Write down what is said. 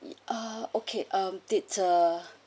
ah okay um did the